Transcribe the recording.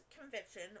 conviction